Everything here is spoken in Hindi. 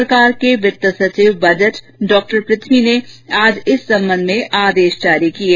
सरकार के वित्त सचिव बजट डॉ पृथ्वी ने आज इस संबंध में आदेश जारी कर दिये